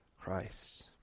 Christ